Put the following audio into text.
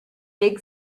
big